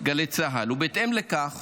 גלי צה"ל, ובהתאם לכך